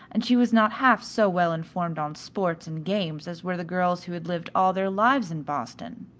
and she was not half so well informed on sports and games as were the girls who had lived all their lives in boston.